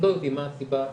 לא יודעים מה הסיבה,